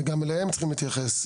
וגם אליהם צריכים להתייחס.